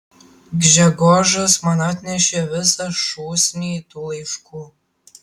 gžegožas man atnešė visą šūsnį tų laiškų